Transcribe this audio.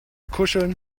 kuscheln